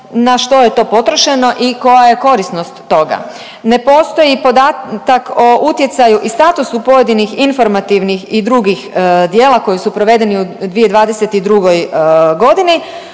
na što je to potrošeno i koja je korisnost toga. Ne postoji podatak o utjecaju i statusu pojedinih informativnih i drugih djela koji su provedeni u 2022. godini